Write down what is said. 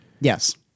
Yes